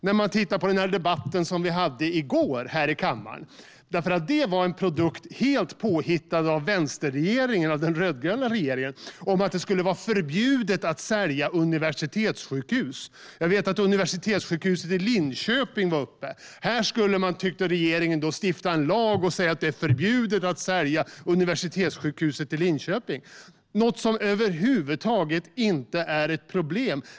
Man kan lyssna på den debatt vi hade i går här i kammaren. Det var en produkt som är helt påhittad av vänsterregeringen - den rödgröna regeringen - om att det skulle vara förbjudet att sälja universitetssjukhus. Universitetssjukhuset i Linköping var uppe i debatten. Regeringen tycker att man ska stifta en lag och säga att det är förbjudet att sälja Universitetssjukhuset i Linköping. Det är något som över huvud taget inte är något problem.